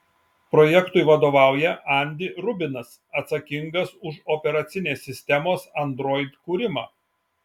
projektui vadovauja andy rubinas atsakingas už operacinės sistemos android kūrimą